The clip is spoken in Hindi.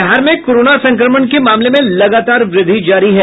बिहार में कोरोना संक्रमण के मामले में लगातार वृद्धि जारी है